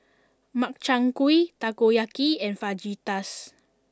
Makchang gui Takoyaki and Fajitas